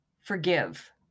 Forgive